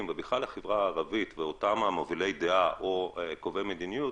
ובכלל החברה הערבית ואותם מובילי דעה או קובעי מדיניות